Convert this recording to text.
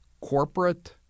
corporate